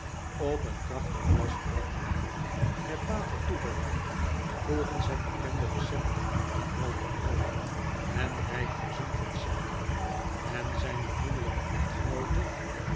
op een krachtig glas brandewijn met water toebereid volgens het bekende recept van half om half en rijk voorzien van suiker en zijn beminnelijke echtgenoote